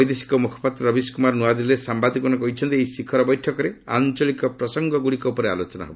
ବୈଦେଶିକ ମୁଖପାତ୍ର ରବିଶ କୁମାର ନୂଆଦିଲ୍ଲୀରେ ସାମ୍ବାଦିକମାନଙ୍କୁ କହିଛନ୍ତି ଏହି ଶିଖର ବୈଠକରେ ଆଞ୍ଚଳିକ ପ୍ରସଙ୍ଗଗୁଡ଼ିକ ଉପରେ ଆଲୋଚନା ହେବ